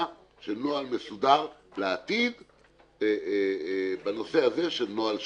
של נוהל מסודר לעתיד בנושא של נוהל שבת.